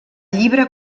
llibre